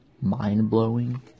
mind-blowing